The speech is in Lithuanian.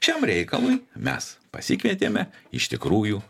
šiam reikalui mes pasikvietėme iš tikrųjų